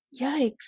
Yikes